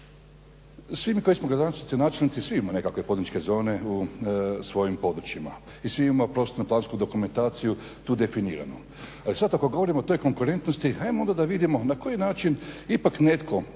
Svi mi koji smo gradonačelnici, načelnici, svi imamo nekakve poduzetničke zone u svojim područjima i svi imamo prostorno plansku dokumentaciju tu definiranu. Sad ako govorimo o toj konkurentnosti ajmo da vidimo na koji način ipak netko